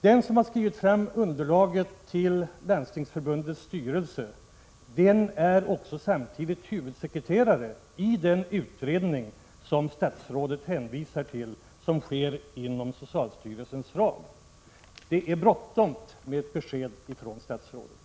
Den som har tagit fram underlaget till Landstingsförbundets styrelse är samtidigt huvudsekreterare i den utredning som statsrådet hänvisar till och som sker inom socialstyrelsens ram. Det är bråttom med ett besked från statsrådet!